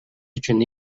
үчүн